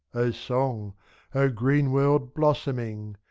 o song o green world blossoming!